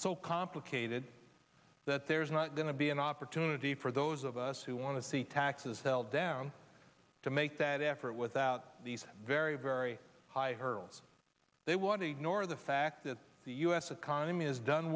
so complicated that there's not going to be an opportunity for those of us who want to see taxes held down to make that effort without these very very high hurdles they want to ignore the fact that the u s economy has done